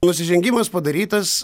nusižengimas padarytas